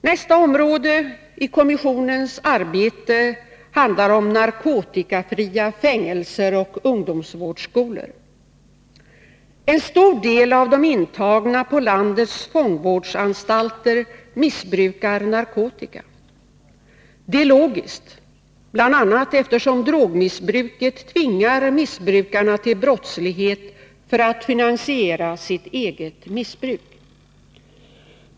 Nästa område i kommissionens arbete handlar om narkotikafria fängelser och ungdomsvårdsskolor. En stor andel av de intagna på landets fångvårdsanstalter missbrukar narkotika. Det är logiskt, bl.a. eftersom drogmissbruket tvingar missbrukarna till brottslighet för att finansiera sitt eget missbruk.